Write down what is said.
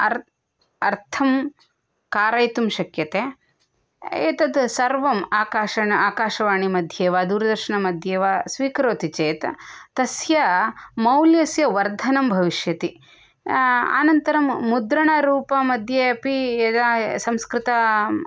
अर्थं कारयितुं शक्यते एतत् सर्वम् आकाशवानीमध्ये वा दूरदर्शनमध्ये वा स्वीकरोति चेत् तस्य मौल्यस्य वर्धनम् भविष्यति अनन्तरं मुद्रणरूपमध्ये अपि संस्कृतम्